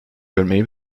görmeyi